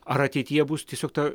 ar ateityje bus tiesiog ta